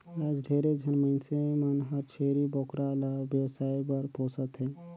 आयज ढेरे झन मइनसे मन हर छेरी बोकरा ल बेवसाय बर पोसत हें